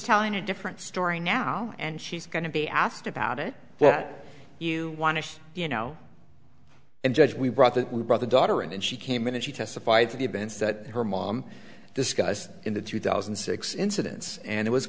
telling a different story now and she's going to be asked about it that you want to you know and judge we brought that we brought the daughter and she came in and she testified to the events that her mom discussed in the two thousand and six incidents and it was